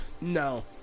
No